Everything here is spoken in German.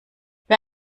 wer